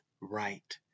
right